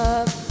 Love